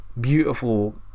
beautiful